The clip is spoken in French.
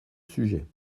sujet